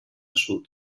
sud